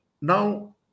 Now